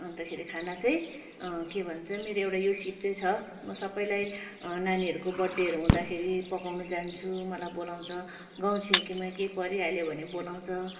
अन्तखेरि खाना चाहिँ के भन्छ मेरो यो सिप चाहिँ छ म सबैलाई नानीहरूको बर्थडेहरू हुँदाखेरि पकाउँनु जान्छु मलाई बोलाउँछ गाउँ छिमेकीमा केही परिहाल्यो भने बोलाउँछ